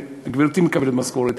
וגברתי מקבלת משכורת.